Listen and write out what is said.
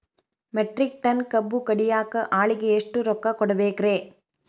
Metric ton ಕಬ್ಬು ಕಡಿಯಾಕ ಆಳಿಗೆ ಎಷ್ಟ ರೊಕ್ಕ ಕೊಡಬೇಕ್ರೇ?